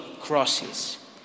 crosses